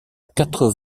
quatre